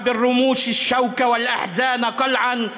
תְּנוּבוֹת / בעזרת הריסים נעקור את הקוצים